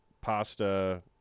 pasta